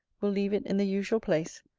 will leave it in the usual place,